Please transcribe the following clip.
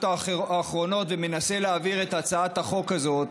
האחרונות ומנסה להעביר את הצעת החוק הזאת,